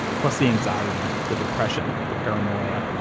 plus the anxiety, the depression, the paranoia,